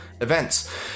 events